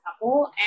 couple